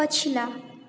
पछिला